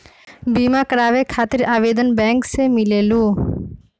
बिमा कराबे खातीर आवेदन बैंक से मिलेलु?